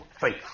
faith